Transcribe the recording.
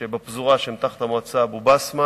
שבפזורה שהם תחת המועצה אבו-בסמה